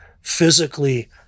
physically